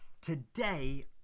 Today